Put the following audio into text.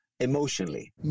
emotionally